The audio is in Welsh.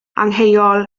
angheuol